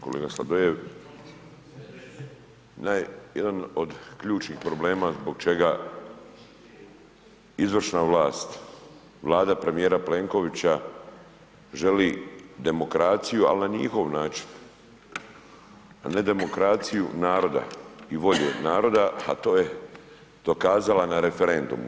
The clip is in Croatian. Kolega Sladoljev, jedan od ključnih problema, zbog čega izvršna vlast, vlada premjera Plenkovića, želi demokraciju, ali na njihov način, ali ne demokraciju naroda i volje naroda, a to je dokazala na referendumu.